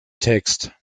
text